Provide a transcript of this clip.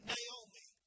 Naomi